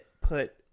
put